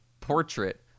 portrait